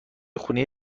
خونه